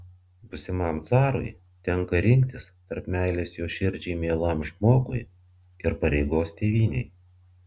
būsimam carui tenka rinktis tarp meilės jo širdžiai mielam žmogui ir pareigos tėvynei